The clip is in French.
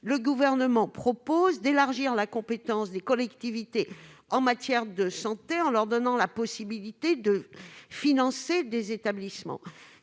le Gouvernement propose d'élargir la compétence des collectivités en matière de santé, en leur donnant la possibilité de financer des établissements.